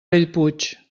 bellpuig